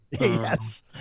Yes